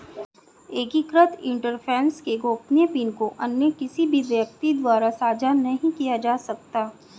एकीकृत इंटरफ़ेस के गोपनीय पिन को अन्य किसी भी व्यक्ति द्वारा साझा नहीं किया जा सकता